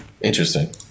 Interesting